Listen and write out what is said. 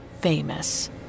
famous